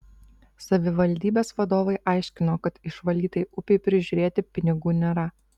savivaldybės vadovai aiškino kad išvalytai upei prižiūrėti pinigų nėra